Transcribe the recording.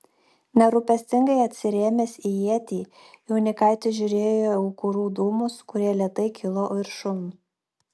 nerūpestingai atsirėmęs į ietį jaunikaitis žiūrėjo į aukurų dūmus kurie lėtai kilo viršun